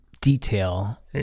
detail